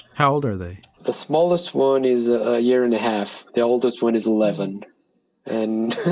how old are they? the smallest one is a year and a half. the oldest one is eleven and